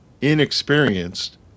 inexperienced